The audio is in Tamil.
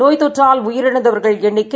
நோய்த்தொற்றால்உயிரிழந்தவர்கள்எண்ணிக்கை